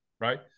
right